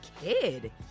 kid